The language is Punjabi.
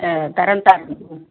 ਤਰਨ ਤਾਰਨ ਤੋਂ